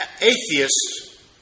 atheists